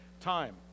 time